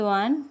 one